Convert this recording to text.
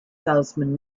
salesman